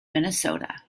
minnesota